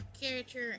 character